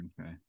okay